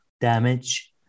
damage